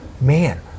Man